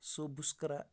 سو بہٕ چھُس کَران